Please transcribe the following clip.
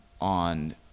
on